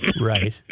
Right